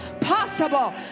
possible